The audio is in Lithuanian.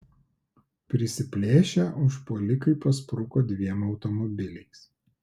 prisiplėšę užpuolikai paspruko dviem automobiliais